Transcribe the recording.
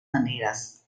maneras